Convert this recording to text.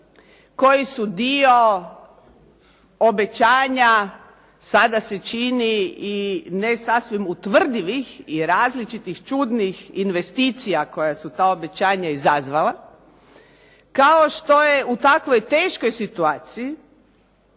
koji su dio obećanja sada se čini i ne sasvim utvrdivih i različitih čudnih investicija koje su ta obećanja izazvala, kao što je u takvoj teškoj situaciji